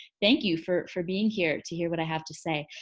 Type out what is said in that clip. thank you for for being here to hear what i have to say.